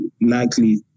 likely